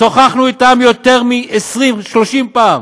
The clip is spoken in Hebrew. שוחחנו איתם יותר מ-20, 30 פעם,